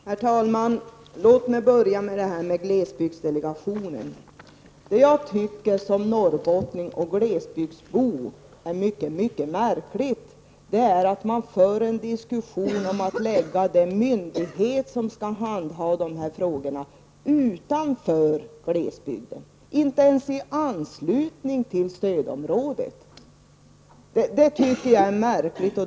Herr talman! Låt mig börja med glesbygdsdelegationen. Som norrbottning och glesbygdsbo tycker jag att det är märkligt att man för en diskussion om att förlägga den myndighet som skall handha dessa frågor utanför glesbygden, inte ens i anslutning till stödområdet.